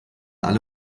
alle